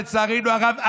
לצערנו הרב,